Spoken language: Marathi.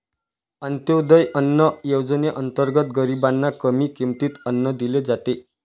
अंत्योदय अन्न योजनेअंतर्गत गरीबांना कमी किमतीत अन्न दिले जाते